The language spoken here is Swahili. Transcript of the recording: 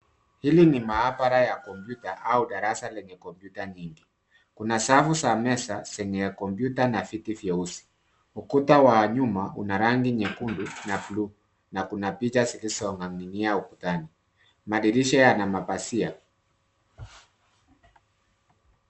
Hili ni maabara ya kompyuta au darasa lenye kompyuta nyingi. Kuna safu za meza zenye kompyuta na viti vyeusi. Ukuta wa nyuma una rangi nyekundu na buluu na kuna picha zilizong'ang'inia ukutani. Madirisha yana mapazia.